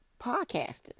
podcasting